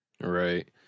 Right